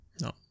No